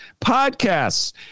podcasts